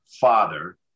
father